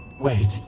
Wait